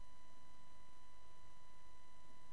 כולנו